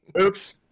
oops